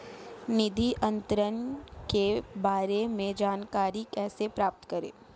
निधि अंतरण के बारे में जानकारी कैसे प्राप्त करें?